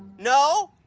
no?